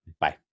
Bye